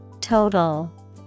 Total